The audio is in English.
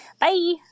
Bye